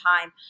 time